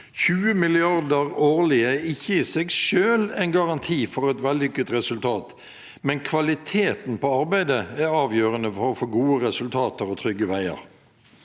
20 mrd. kr årlig er ikke i seg selv en garanti for et vellykket resultat, men kvaliteten på arbeidet er avgjørende for å få gode resultater og trygge veier.